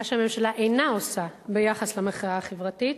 מה שהממשלה אינה עושה ביחס למחאה החברתית.